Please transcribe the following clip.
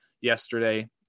yesterday